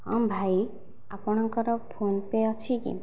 ହଁ ଭାଈ ଆପଣଙ୍କର ଫୋନ୍ ପେ' ଅଛି କି